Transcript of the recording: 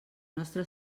nostre